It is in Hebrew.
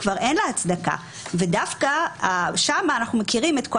כבר אין לה הצדקה ודווקא שם אנחנו מכירים את כל